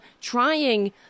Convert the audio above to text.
trying